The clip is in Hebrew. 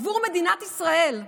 עבור מדינת ישראל,